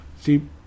see